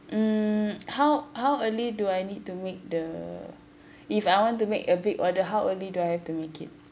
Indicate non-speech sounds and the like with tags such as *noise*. mm how how early do I need to make the *breath* if I want to make a big order how early do I have to make it